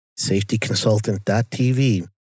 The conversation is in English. safetyconsultant.tv